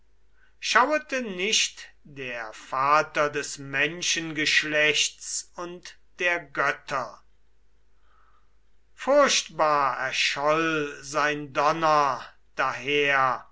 schauete nicht der vater des menschengeschlechts und der götter furchtbar erscholl sein donner daher